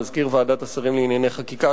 מזכיר ועדת שרים לענייני חקיקה,